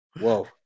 Whoa